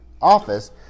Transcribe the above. office